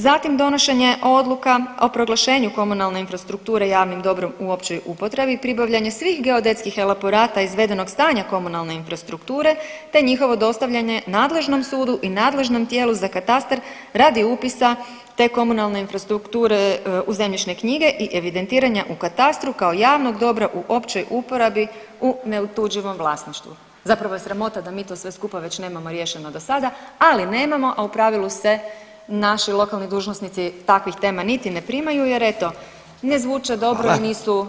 Zatim donošenje odluka o proglašenju komunalne infrastrukture javnim dobrom u općoj upotrebi, pribavljanje svih geodetskih elaborata izvedenog stanja komunalne infrastrukture, te njihovo dostavljanje nadležnom sudu i nadležnom tijelu za katastar radi upisa te komunalne infrastrukture u zemljišne knjige i evidentiranja u katastru kao javnog dobra u općoj uporabi u neotuđivom vlasništvu, zapravo je sramota da mi to sve skupa već nemamo riješeno do sada, ali nemamo, a u pravilu se naši lokalni dužnosnici takvih tema niti ne primaju jer eto ne zvuče dobro, nisu